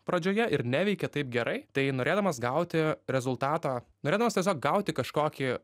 pradžioje ir neveikė taip gerai tai norėdamas gauti rezultatą norėdamas tiesiog atgauti kažkokį